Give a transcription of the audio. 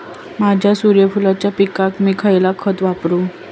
माझ्या सूर्यफुलाच्या पिकाक मी खयला खत वापरू?